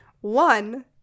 one